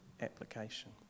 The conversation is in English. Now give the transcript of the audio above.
application